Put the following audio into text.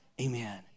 Amen